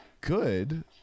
good